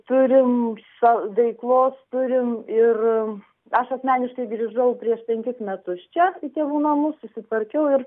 turim sa veiklos turim ir aš asmeniškai grįžau prieš penkis metus čia į tėvų namus susitvarkiau ir